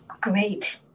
great